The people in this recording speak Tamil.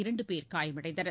இரண்டுபேர் காயமடைந்தனர்